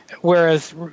Whereas